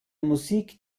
musik